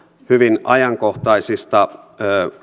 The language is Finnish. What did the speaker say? hyvin ajankohtaisista